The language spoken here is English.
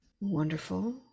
wonderful